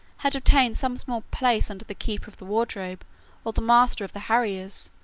had obtained some small place under the keeper of the wardrobe or the master of the harriers,